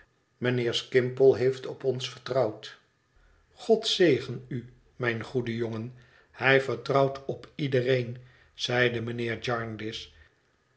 mijnheer skimpole heeft op ons vertrouwd god zegen u mijn goede jongen hij vertrouwt op iedereen zeide mijnheer